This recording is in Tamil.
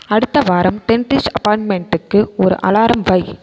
அடுத்த வாரம் டென்டிஸ்ட் அப்பாயின்ட்மென்ட்டுக்கு ஒரு அலாரம் வை